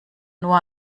nur